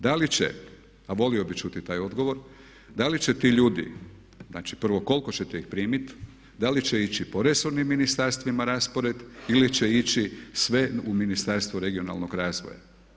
Da li će, a volio bih čuti taj odgovor, da li će ti ljudi, znači prvo koliko ćete ih primiti, da li će ići po resornim ministarstvima raspored ili će ići sve u Ministarstvo regionalnog razvoja.